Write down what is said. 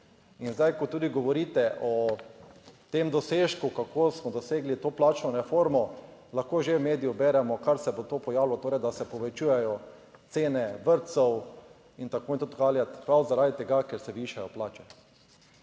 In zdaj, ko tudi govorite o tem dosežku, kako smo dosegli to plačno reformo, lahko že v medijih beremo kar se bo to pojavilo, torej da se povečujejo cene vrtcev in tako tudi /nerazumljivo/, prav zaradi tega, ker se višajo plače.